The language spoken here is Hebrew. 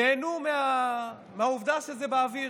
נהנו מהעובדה שזה באוויר.